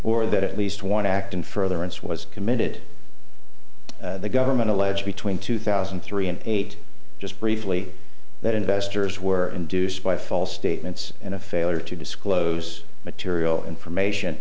or that at least one act in furtherance was committed the government alleged between two thousand and three and eight just briefly that investors were induced by false statements in a failure to disclose material information